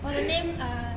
我的 name uh